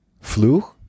Fluch